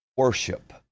worship